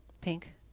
pink